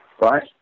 right